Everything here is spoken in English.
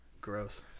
Gross